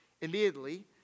Immediately